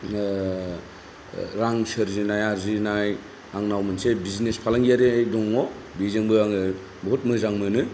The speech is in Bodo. रां सोरजिनाय आरजिनाय आंनाव मोनसे बिजनेस फालांगियारि दङ बेजोंबो आङो बहुद मोजां मोनो